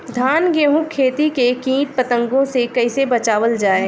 धान गेहूँक खेती के कीट पतंगों से कइसे बचावल जाए?